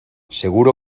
seguro